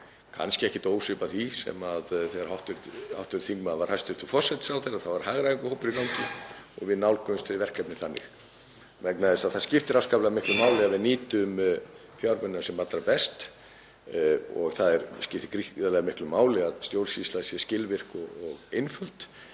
kannski ekkert ósvipað því og þegar hv. þingmaður var hæstv. forsætisráðherra og þá var hagræðingarhópur í gangi. Við nálguðumst verkefnið þannig vegna þess að það skiptir afskaplega miklu máli að við nýtum fjármunina sem allra best og það skiptir gríðarlega miklu máli að stjórnsýslan sé skilvirk og einföld.